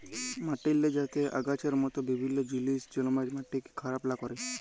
মাটিল্লে যাতে আগাছার মত বিভিল্ল্য জিলিস জল্মায় মাটিকে খারাপ লা ক্যরে